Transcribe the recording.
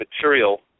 material